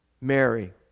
Mary